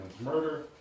murder